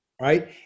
Right